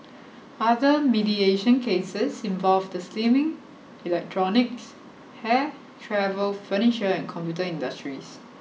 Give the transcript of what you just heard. other mediation cases involved the slimming electronics hair travel furniture and computer industries